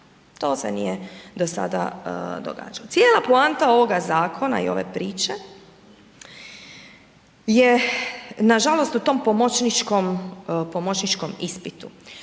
to se nije do sada događalo. Cijela poanta ovoga zakona i ove priče je nažalost u tom pomoćničkom ispitu.